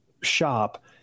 shop